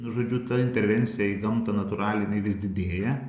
žodžiu ta intervencija į gamtą natūraliai jinai vis didėja